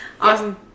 Awesome